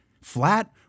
flat